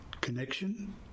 connection